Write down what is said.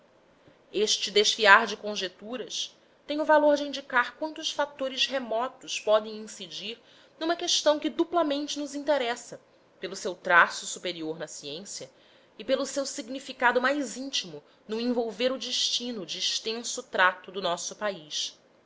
este desfiar de conjecturas tem o valor único de indicar quantos fatores remotos podem incidir numa questão que duplamente nos interessa pelo seu traço superior na ciência e pelo seu significado mais íntimo no envolver o destino de extenso trato do nosso país